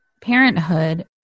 parenthood